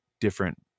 different